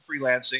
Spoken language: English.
freelancing